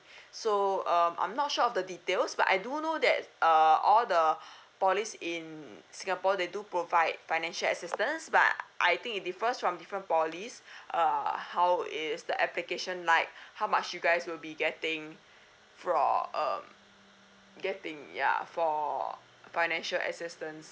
so um I'm not sure of the details but I do know that uh all the polys in singapore they do provide financial assistance but I think it differs from different polys err how is the application like how much you guys will be getting for um getting ya for financial assistance